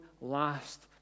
last